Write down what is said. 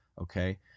Okay